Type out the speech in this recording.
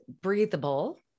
breathable